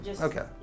Okay